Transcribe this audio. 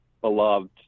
beloved